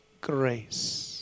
grace